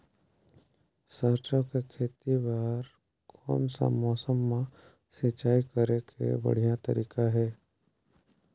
सरसो के खेती बार कोन सा समय मां सिंचाई करे के बढ़िया तारीक हे?